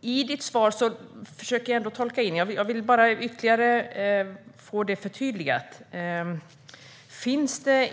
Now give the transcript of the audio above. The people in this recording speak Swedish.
När det gäller svaret vill jag få förtydligat om det